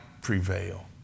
prevail